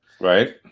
Right